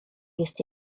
jest